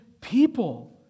people